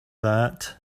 that